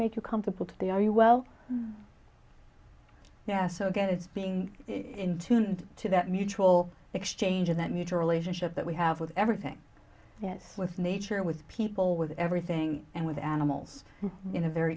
make you comfortable today are you well yeah so again it's being in tune to that mutual exchange and that need a relationship that we have with everything yes with nature with people with everything and with animals in a very